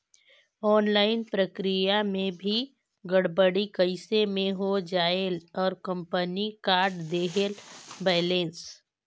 Online प्रक्रिया मे भी गड़बड़ी कइसे मे हो जायेल और कंपनी काट देहेल बैलेंस?